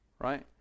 right